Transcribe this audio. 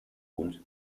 und